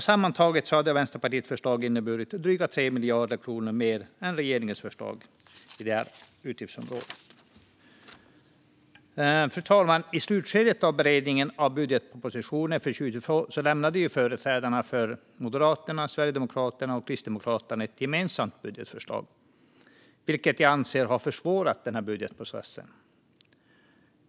Sammantaget hade Vänsterpartiets förslag inneburit drygt 3 miljarder kronor mer än regeringens förslag på det här utgiftsområdet. Fru talman! I slutskedet av beredningen av budgetpropositionen för 2022 lämnade företrädarna för Moderaterna, Sverigedemokraterna och Kristdemokraterna ett gemensamt budgetförslag, vilket jag anser har försvårat budgetprocessen.